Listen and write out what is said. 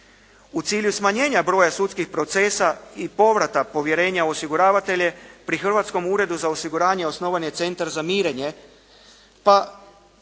U cilju smanjenja broja sudskih procesa i povrata povjerenja u osiguravatelje pri Hrvatskom uredu za osiguranje osnovan je centar za mirenje, pa